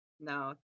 No